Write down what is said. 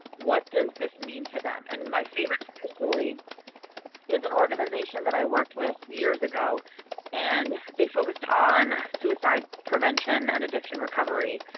what does this mean to them? and my favorite story is an organization that i worked with years ago and they focused on suicide prevention prevention and addiction recovery.